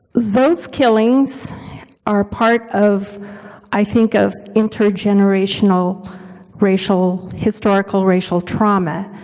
those killings are part of i think of inter-generational racial historical racial trauma,